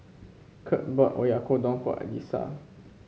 Kurt bought Oyakodon for Elissa